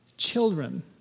Children